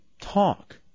talk